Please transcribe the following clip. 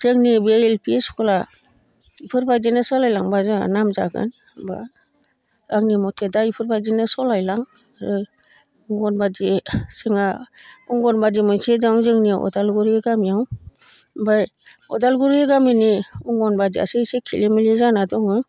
जोंनि बे L P स्कुला बेफोरबायदिनो सालाय लांबा जोंहा नाम जागोन होनबा आंनि मथे दा बेफोरबायदिनो सालायलां अंगनबादि जोंहा अंगनबादि मोनसे दं जोंनि अदालगुरि गामियाव ओमफ्राय अदालगुरि गामिनि अंगनबादियासो एसे खेलि मेलि जाना दङ